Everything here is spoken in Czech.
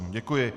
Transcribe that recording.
Děkuji.